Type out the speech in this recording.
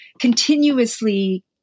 continuously